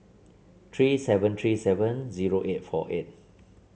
three seven three seven zero eight four eight